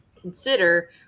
consider